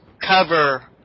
cover